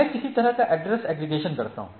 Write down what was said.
मैं किसी तरह का एड्रेस एग्रीगेशन करता हूं